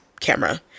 camera